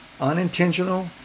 unintentional